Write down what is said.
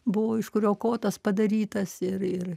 buvo iš kurio kotas padarytas ir ir